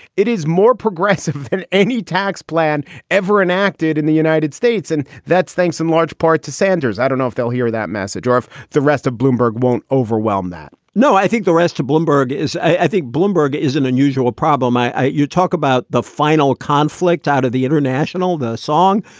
it is more progressive than any tax plan ever enacted in the united states. and that's thanks in large part to sanders. i don't know if they'll hear that message or if the rest of bloomberg won't overwhelm that no, i think the rest of bloomberg is i think bloomberg is an unusual problem. you talk about the final conflict out of the international the song.